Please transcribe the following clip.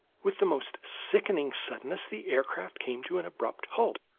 with the most sickening suddenness the aircraft came to an abrupt halt.